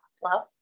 fluff